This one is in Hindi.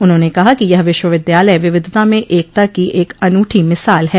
उन्होंने कहा कि यह विश्वविद्यालय विविधता में एकता की एक अनूठी मिसाल है